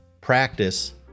practice